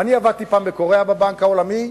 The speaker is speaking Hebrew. עבדתי פעם בקוריאה בבנק העולמי.